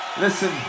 Listen